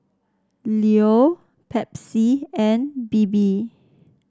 Leo Pepsi and Bebe